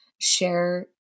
share